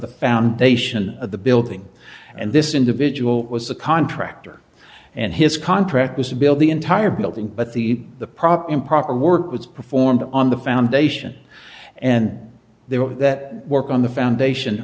the foundation of the building and this individual was a contractor and his contract was to build the entire building but the the proper improper work was performed on the foundation and they were that work on the foundation